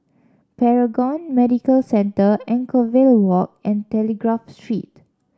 Paragon Medical Centre Anchorvale Walk and Telegraph Street